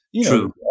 true